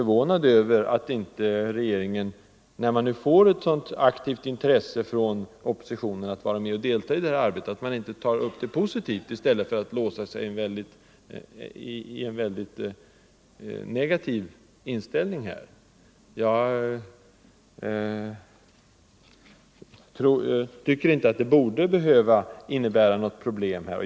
När oppositionen nu visar ett så aktivt intresse att vara med och delta i detta arbete, är det därför förvånande att inte regeringen upptar detta positivt i stället för att låsa sig i en negativ inställning. Det borde inte innebära något problem.